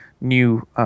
new